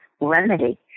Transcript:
remedy